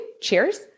Cheers